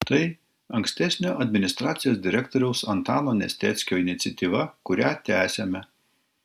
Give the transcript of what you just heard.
tai ankstesnio administracijos direktoriaus antano nesteckio iniciatyva kurią tęsiame